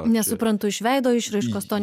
nesuprantu iš veido išraiškos to